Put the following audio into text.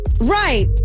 Right